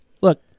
look